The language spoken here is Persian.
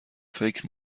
فکر